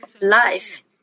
life